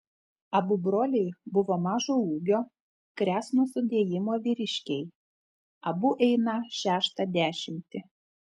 abu broliai buvo mažo ūgio kresno sudėjimo vyriškiai abu einą šeštą dešimtį